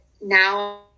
now